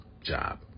job